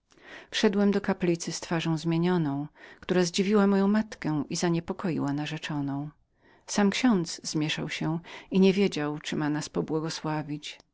wszedłem do kaplicy z twarzą bladą niespokojną która zdziwiła moją matkę i przeraziła moją narzeczoną sam ksiądz zmieszał się i nie wiedział czyli ma nas pobłogosławić